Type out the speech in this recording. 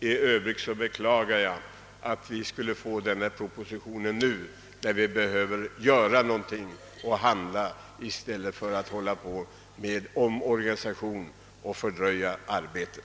I övrigt beklagar jag att vi har fått denna proposition nu, när vi behöver handla i stället för att genomföra en omorganisation som fördröjer arbetet.